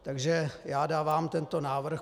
Takže dávám tento návrh.